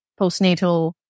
postnatal